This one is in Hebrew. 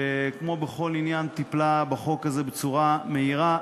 שכמו בכל עניין טיפלה בחוק הזה בצורה מהירה,